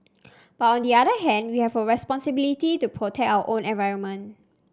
but on the other hand we have a responsibility to protect our own environment